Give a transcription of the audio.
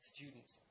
Students